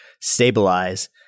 stabilize